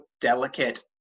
delicate